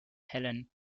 helen